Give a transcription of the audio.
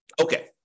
Okay